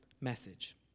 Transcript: message